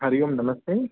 हरि ओं नमस्ते